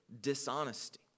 dishonesty